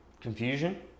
Confusion